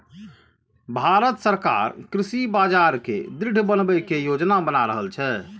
भांरत सरकार कृषि बाजार कें दृढ़ बनबै के योजना बना रहल छै